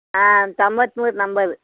ಆಂ ತೊಂಬತ್ಮೂರು ನಂಬರ್